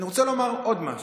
ואני רוצה לומר עוד משהו.